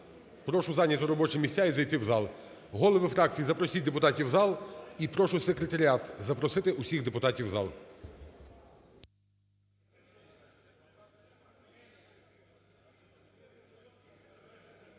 прошу зайняти робочі місця і зайти в зал. Голови фракцій, запросіть депутатів в зал і прошу секретаріат запросити всіх депутатів в зал.